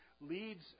Leads